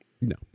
No